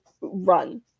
run